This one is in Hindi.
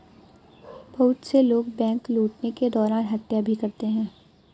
बहुत से लोग बैंक लूटने के दौरान हत्या भी करते हैं